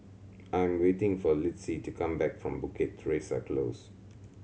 I am waiting for Litzy to come back from Bukit Teresa Close